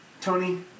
Tony